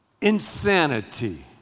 insanity